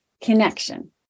connection